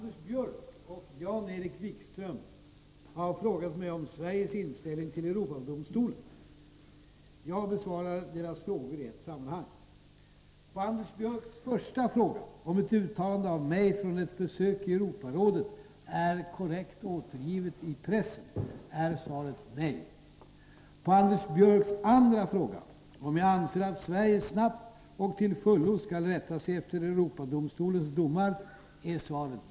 Enligt tidningsuppgifter har statsministern i samband med sitt besök hos Europarådet i Strasbourg uttalat att Europadomstolen är en lekstuga för 1. Är detta uttalande korrekt återgivet?